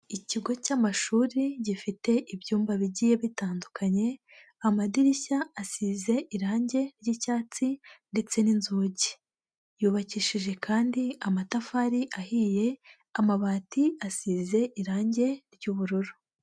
Ikigo cy'amashuri gifite ibyumba bigiye bitandukanye, amadirishya asize irangi ry'icyatsi ndetse n'inzugi, yubakishije kandi amatafari ahiye, amabati asize irangi ry'ubururu.